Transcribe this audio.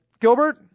Gilbert